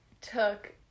took